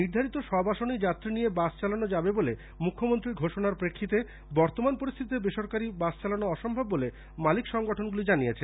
নির্ধারিত সব আসনেই যাত্রী নিয়ে বাস চালানো যাবে বলে মুখ্যমন্ত্রী মমতা ব্যানার্জীর ঘোষমার প্রেক্ষিতে বর্তমান পরিস্থিতিতে বেসরকারি বাস চালানো অসম্ভব বলে মালিক সংগঠনগুলি জানিয়েছে